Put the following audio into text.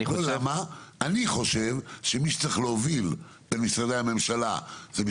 אני חושב שמי שצריך להוביל את זה זה משרד ראש הממשלה כמעטפת,